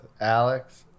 Alex